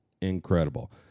incredible